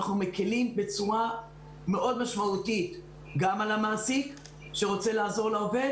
אנחנו מקלים בצורה משמעותית על המעסיק שרוצה לעזור לעובד